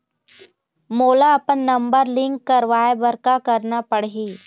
मोला अपन number link करवाये बर का करना पड़ही?